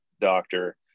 doctor